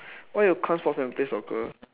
why you come sports never play soccer